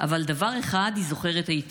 אבל דבר אחד היא זוכרת היטב: